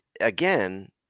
again